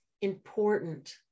important